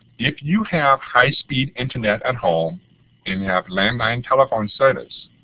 if you have high-speed internet at home and have landline telephone service,